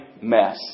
mess